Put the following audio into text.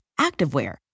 activewear